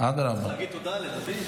צריך להגיד תודה לדוד.